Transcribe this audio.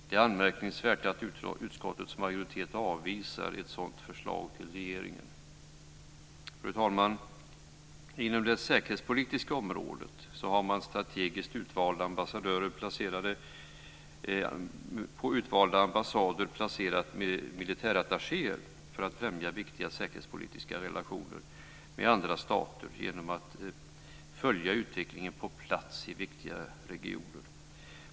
Det är anmärkningsvärt att utskottets majoritet avvisar ett sådant förslag till regeringen. Fru talman! Inom det säkerhetspolitiska området har man på strategiskt valda ambassader placerat militärattachéer, för att främja viktiga säkerhetspolitiska relationer med andra stater genom att följa utvecklingen på plats i viktiga regioner.